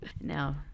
no